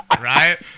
right